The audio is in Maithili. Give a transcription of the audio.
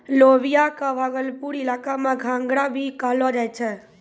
लोबिया कॅ भागलपुर इलाका मॅ घंघरा भी कहलो जाय छै